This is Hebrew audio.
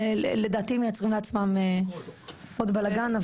לדעתי הם מייצרים לעצמם עוד בלאגן,